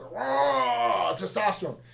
testosterone